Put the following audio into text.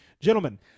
Gentlemen